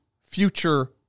future